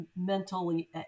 mentally